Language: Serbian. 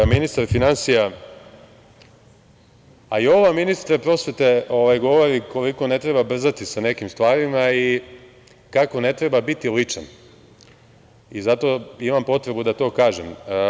Ovo, ministre prosvete, govori koliko ne treba brzati sa nekim stvarima i kako ne treba biti ličan i zato imam potrebu da to kažem.